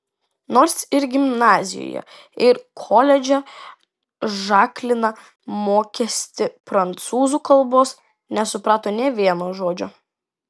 nors ir gimnazijoje ir koledže žaklina mokėsi prancūzų kalbos nesuprato nė vieno žodžio